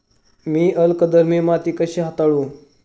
मी अल्कधर्मी माती कशी हाताळू?